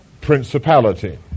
principality